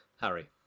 Harry